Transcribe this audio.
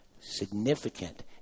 significant